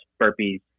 burpees